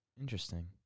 Interesting